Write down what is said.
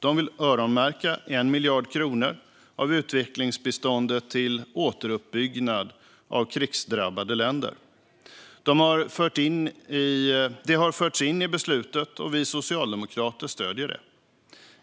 De vill öronmärka 1 miljard kronor av utvecklingsbiståndet till återuppbyggnad av krigsdrabbade länder. Detta har förts in i beslutet, och vi socialdemokrater stöder det.